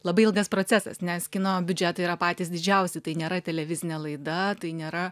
labai ilgas procesas nes kino biudžetai yra patys didžiausi tai nėra televizinė laida tai nėra